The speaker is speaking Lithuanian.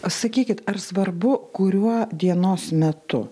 sakykit ar svarbu kuriuo dienos metu